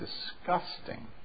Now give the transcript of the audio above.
disgusting